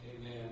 Amen